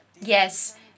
Yes